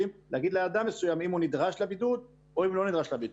להגיד לאדם מסוים אם הוא נדרש לבידוד או אם הוא לא נדרש לבידוד.